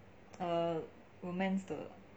err romance 的